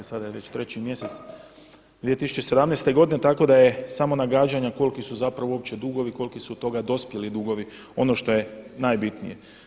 Sada je već treći mjesec 2017. godine tako da je samo nagađanja koliki su zapravo uopće dugovi, koliki su od toga dospjeli dugovi ono što je najbitnije.